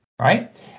Right